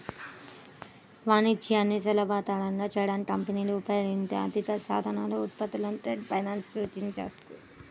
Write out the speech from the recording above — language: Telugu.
వాణిజ్యాన్ని సులభతరం చేయడానికి కంపెనీలు ఉపయోగించే ఆర్థిక సాధనాలు, ఉత్పత్తులను ట్రేడ్ ఫైనాన్స్ సూచిస్తుంది